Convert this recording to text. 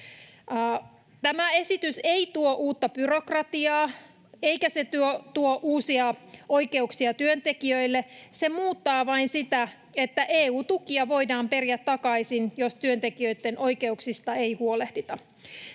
Tämä esitys ei tuo uutta byrokratiaa, eikä se tuo uusia oikeuksia työntekijöille. Se muuttaa vain sitä, että EU-tukia voidaan periä takaisin, jos työntekijöitten oikeuksista ei huolehdita.